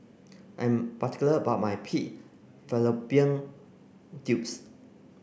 I'm particular about my pig fallopian tubes